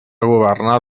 governar